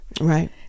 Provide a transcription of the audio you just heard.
Right